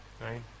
right